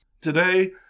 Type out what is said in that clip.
Today